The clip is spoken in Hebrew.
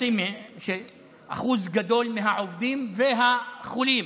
שבו אחוז גדול מהעובדים והחולים